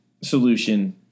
solution